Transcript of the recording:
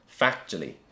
factually